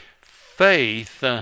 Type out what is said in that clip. Faith